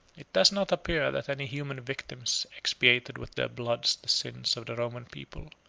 it does not appear, that any human victims expiated with their blood the sins of the roman people.